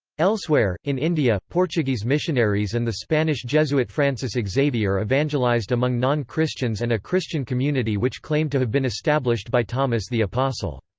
elsewhere, in india, portuguese missionaries and the spanish jesuit francis xavier evangelized among non-christians and a christian community which claimed to have been established by thomas the apostle.